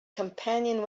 companion